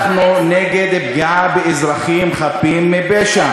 אנחנו נגד פגיעה באזרחים חפים מפשע.